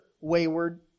wayward